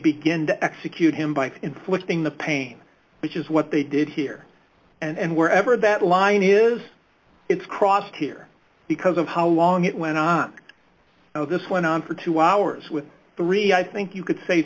begin to execute him by inflicting the pain which is what they did here and wherever that line is it's crossed here because of how long it went on how this went on for two hours with three i think you could say